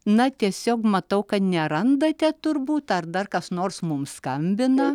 na tiesiog matau kad nerandate turbūt ar dar kas nors mums skambina